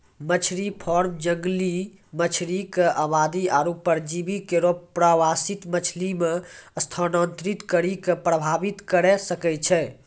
मछरी फार्म जंगली मछरी क आबादी आरु परजीवी केरो प्रवासित मछरी म स्थानांतरित करि कॅ प्रभावित करे सकै छै